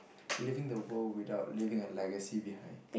leaving the world without leaving a legacy behind